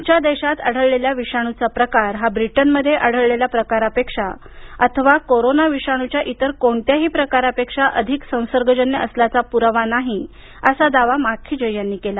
आमच्या देशात आढळेला विषाणूचा प्रकार हा ब्रिटनमध्ये आढळलेल्या प्रकारापेक्षा अथवा कोरोना विषाणुच्या इतर कोणत्याही प्रकारापेक्षा अधिक संसर्गजन्य असल्याचा पुरावा नाही असा दावा माखीजे यांनी केला